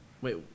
Wait